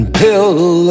pill